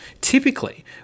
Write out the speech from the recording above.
Typically